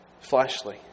fleshly